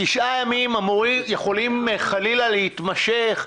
תשעת הימים יכולים, חלילה, להתמשך.